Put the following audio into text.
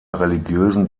religiösen